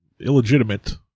illegitimate